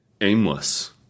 aimless